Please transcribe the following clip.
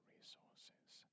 Resources